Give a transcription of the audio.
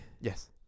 Yes